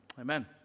Amen